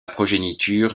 progéniture